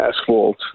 asphalt